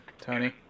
Tony